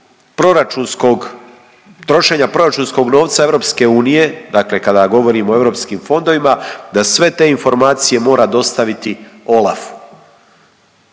proračunskog, trošenja proračunskog novca EU, dakle kada govorimo o europskim fondovima, da sve te informacije mora dostaviti Olafu.